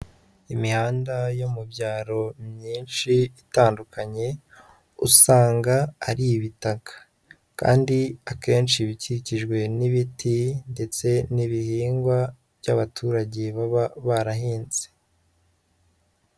Imihanda yo mu byaro myinshi itandukanye, usanga ari ibitaka kandi akenshi iba ikikijwe n'ibiti ndetse n'ibihingwa by'abaturage baba barahinze.